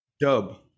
Dub